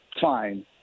fine